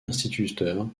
instituteur